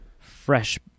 fresh